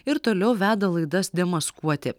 ir toliau veda laidas demaskuoti